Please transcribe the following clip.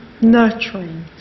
nurturing